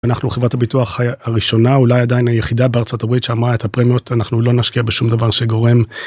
אנחנו חברת הביטוח הראשונה, אולי עדיין היחידה בארה״ב שאמרה את הפרמיות, אנחנו לא נשקע בשום דבר שגורם